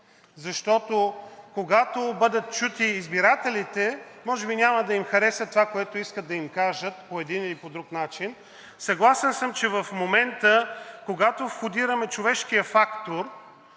защото, когато бъдат чути избирателите, може би няма да им хареса това, което искат да им кажат по един или друг начин. Съгласен съм, че в момента, когато входираме човешкия фактор,